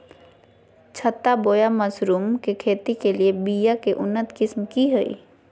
छत्ता बोया मशरूम के खेती के लिए बिया के उन्नत किस्म की हैं?